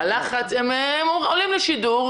הם עולים לשידור,